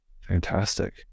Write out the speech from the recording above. Fantastic